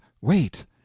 Wait